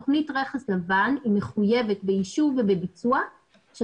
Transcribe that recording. תכנית רכס לבן מחויבת באישור ובביצוע של